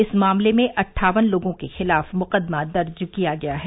इस मामले में अट्ठावन लोगों के खिलाफ मुकदमा दर्ज किया गया है